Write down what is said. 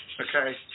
Okay